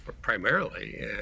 primarily